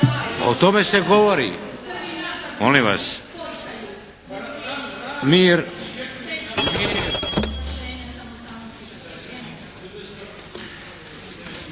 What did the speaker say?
O tome se govori. Molim vas. …